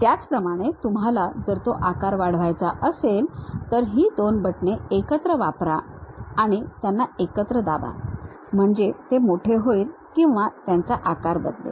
त्याचप्रमाणे तुम्हाला जर तो आकार वाढवायचा असेल तर ही दोन बटणे एकत्र वापरा आणि त्यांना एकत्र दाबा म्हणजे ते मोठे होईल किंवा त्याचा आकार बदलेल